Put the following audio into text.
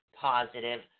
Positive